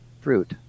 fruit